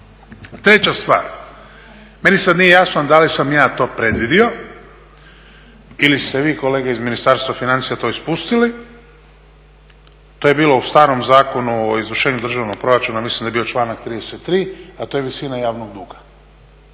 Treća stvar, meni sad nije jasno da li sam ja to predvidio ili ste vi kolege iz Ministarstva financija to ispustili, to je bilo u starom Zakonu o izvršenju državnog proračuna, mislim da je bio članak 33., a to je visina javnog duga.